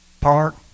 Park